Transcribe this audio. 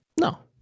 No